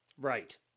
Right